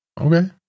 Okay